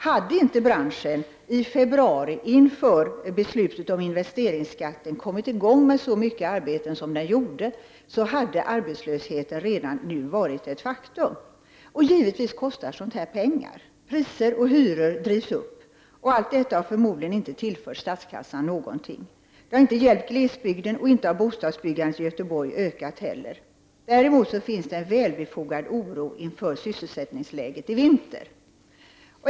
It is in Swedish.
Hade inte branschen i februari, inför beslutet om investeringsskatten, kommit i gång med så mycket arbeten som den gjorde, hade arbetslösheten redan nu varit ett faktum. Givetvis kostar sådant här pengar. Priser och hyror drivs upp, och allt detta har förmodligen inte tillfört statskassan någonting — det har inte hjälpt glesbygden, och inte har bostadsbyggandet i Göteborg ökat heller. Däremot finns det en väl befogad oro för sysselsättningsläget i vinter.